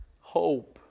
hope